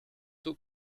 tôt